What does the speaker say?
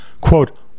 quote